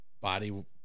body